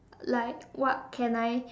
like what can I